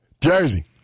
Jersey